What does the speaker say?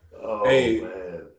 Hey